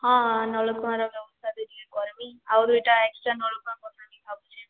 ହଁ ନଳକୂଅର ବ୍ୟବସ୍ଥା ତ ଟିକେ କର୍ମି ଆଉ ଦୁଇ'ଟା ଏକ୍ସଟ୍ରା ନଳକୂଅ ବନାମି ଭାବୁଛେଁ